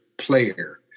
player